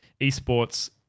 eSports